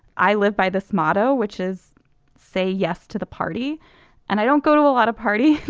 i live by this motto which is say yes to the party and i don't go to a lot of party.